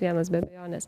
vienas be abejonės